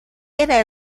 era